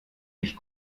dich